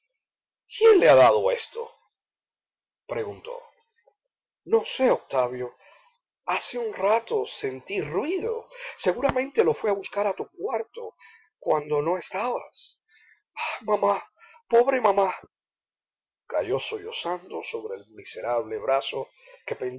se muere quién le ha dado esto preguntó no sé octavio hace un rato sentí ruido seguramente lo fué a buscar a tu cuarto cuando no estabas mamá pobre mamá cayó sollozando sobre el miserable brazo